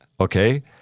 Okay